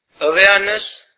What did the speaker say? awareness